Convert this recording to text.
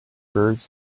birds